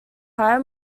hire